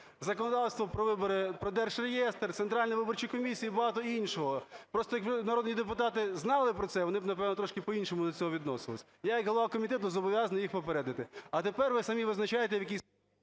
законодавство про вибори, про держєстр, Центральну виборчу комісію і багато іншого. Просто якби народні депутати знали про це, вони б, напевно, трошки по іншому до цього відносилися. Я як голова комітету зобов'язаний їх попередити. А тепер ви самі визначайте, в який